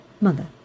Mother